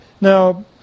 Now